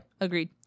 agreed